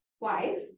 wife